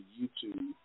YouTube